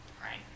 right